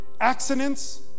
accidents